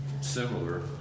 similar